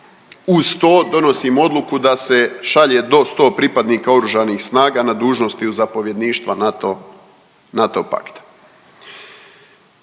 Uz to donosimo odluku da se šalje do 100 pripadnika oružanih snaga na dužnosti u zapovjedništva NATO, NATO pakta.